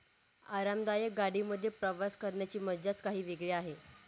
आरामदायक गाडी मध्ये प्रवास करण्याची मज्जाच काही वेगळी आहे